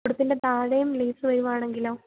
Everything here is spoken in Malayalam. ഉടുപ്പിൻ്റെ താഴെയും ലെയ്സ് വരികയാണെങ്കിലോ